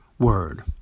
word